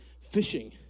fishing